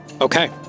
Okay